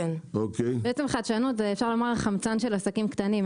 אפשר לומר שחדשנות זה החמצן של עסקים קטנים.